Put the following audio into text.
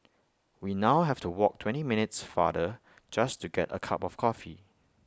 we now have to walk twenty minutes farther just to get A cup of coffee